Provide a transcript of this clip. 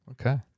Okay